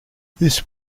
this